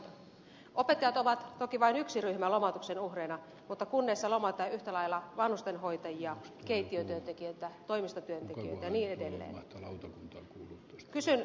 opettajat ovat toki vain yksi ryhmä lomautuksen uhreina mutta kunnissa lomautetaan yhtä lailla vanhustenhoitajia keittiötyöntekijöitä toimistotyöntekijöitä ja niin edelleen